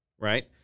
right